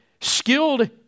skilled